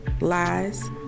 Lies